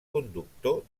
conductor